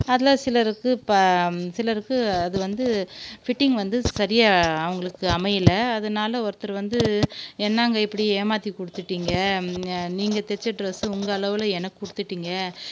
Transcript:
அதில் சிலருக்கு ப சிலருக்கு அது வந்து ஃபிட்டிங் வந்து சரியாக அவர்களுக்கு அமையலை அதனால ஒருத்தர் வந்து என்னங்க இப்படி ஏமாற்றி கொடுத்திட்டீங்க நீங்கள் தைச்ச ட்ரெஸ் உங்கள் அளவில் எனக்கு கொடுத்திட்டீங்க